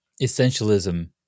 essentialism